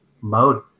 mode